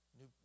new